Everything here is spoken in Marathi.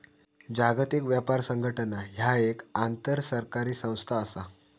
जागतिक व्यापार संघटना ह्या एक आंतरसरकारी संस्था असा